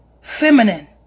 Feminine